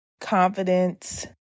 confidence